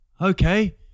Okay